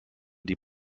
die